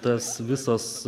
tas visas